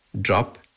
drop